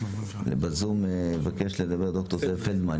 בזום מבקש לדבר ד"ר זאב פלדמן,